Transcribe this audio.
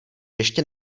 ještě